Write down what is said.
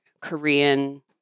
korean